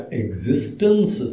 existence